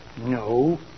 No